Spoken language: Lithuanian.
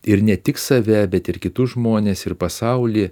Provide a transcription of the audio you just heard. ir ne tik save bet ir kitus žmones ir pasaulį